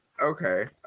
Okay